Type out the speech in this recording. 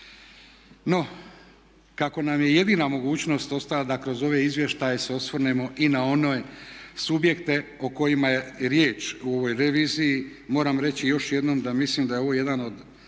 No, kako nam je jedina mogućnost ostala da kroz ove izvještaje se osvrnemo i na one subjekte o kojima je riječ u ovoj reviziji. Moram reći još jednom da mislim da je ovo jedan od